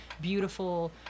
beautiful